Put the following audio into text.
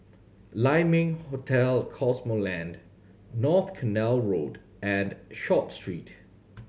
Lai Ming Hotel Cosmoland North Canal Road and Short Street